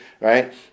Right